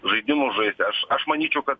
žaidimus žaisti aš aš manyčiau kad